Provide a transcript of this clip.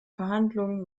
verhandlungen